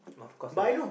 of course like the